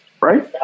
right